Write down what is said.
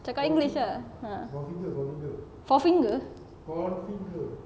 cakap english ah !huh! four finger